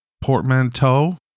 portmanteau